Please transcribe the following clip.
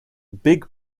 big